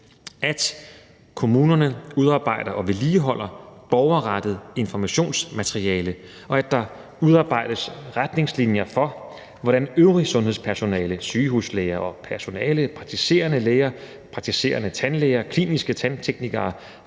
at kommunerne udarbejder og vedligeholder borgerrettet informationsmateriale, og at der udarbejdes fælles retningslinjer for, hvordan øvrigt sundhedspersonale – sygehuslæger og -personale, praktiserende læger, praktiserende tandlæger, kliniske tandtekniker,